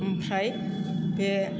ओमफ्राय बे